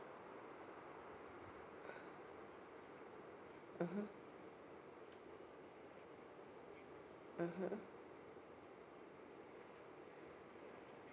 mmhmm mmhmm